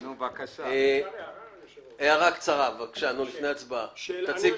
ההצעה לא נתקבלה ותהפוך להסתייגות.